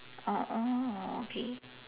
okay